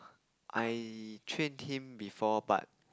I trained him before but